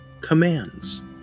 commands